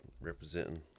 representing